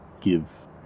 give